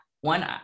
one